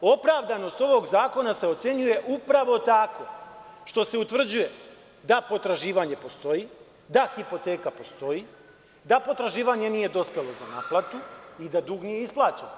Opravdanost ovog zakona se ocenjuje upravo tako što se utvrđuje da potraživanje postoji, da hipoteka postoji, da potraživanje nije dospelo za naplatu i da dug nije isplaćen.